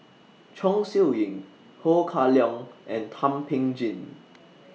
Chong Siew Ying Ho Kah Leong and Thum Ping Tjin